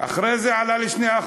אחרי זה, עלה ל-2%.